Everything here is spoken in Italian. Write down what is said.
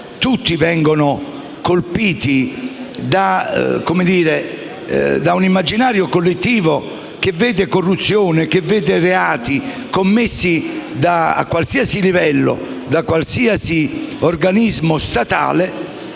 tutti vengono colpiti da un immaginario collettivo che vede corruzione e reati commessi a qualsiasi livello da qualsiasi organismo statale.